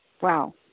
Wow